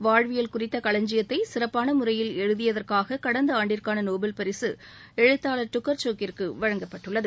வாழ்வியல் குறித்த களஞ்சியத்தை சிறப்பான முறையில் எழுதியதற்காக கடந்த ஆண்டிற்கான நோபல் பரிசு எழுத்தாளர் டுக்கர்சோக்கிற்கு வழங்கப்பட்டுள்ளது